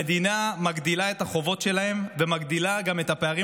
המדינה מגדילה את החובות שלהם ומגדילה גם את הפערים